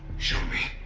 show me.